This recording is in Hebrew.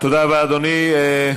תודה רבה, אדוני.